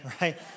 right